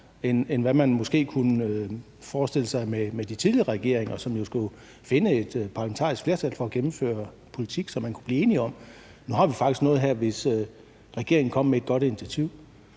end hvad man måske kunne forestille sig ved de tidligere regeringer, som jo skulle finde et parlamentarisk flertal for at gennemføre politik, som man kunne blive enige om. Nu har vi faktisk noget her, hvor man, hvis regeringen kom med et godt initiativ,